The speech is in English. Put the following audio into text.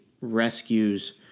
rescues